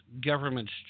government's